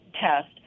test